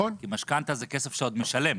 כי משכנתא זה כסף שאתה עוד משלם.